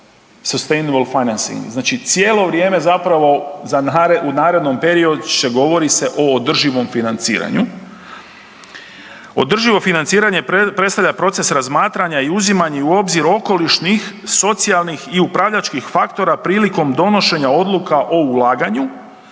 se ne razumije/…znači cijelo vrijeme zapravo u narednom periodu govori se o održivom financiranju. Održivo financiranje predstavlja proces razmatranja i uzimanje u obzir okolišnih socijalnih i upravljačkih faktora prilikom donošenja odluka o ulaganju